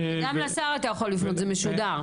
גם לשר אתה יכול לפנות, זה משודר.